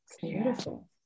beautiful